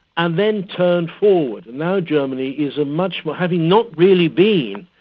and then turned forward. and now germany is a much. but having not really been,